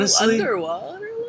underwater